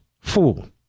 fool